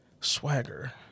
Swagger